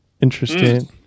Interesting